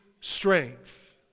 strength